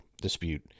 dispute